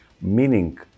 meaning